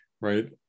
Right